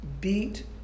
Beat